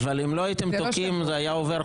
אבל אם לא הייתם תוקעים זה היה עובר,